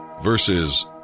verses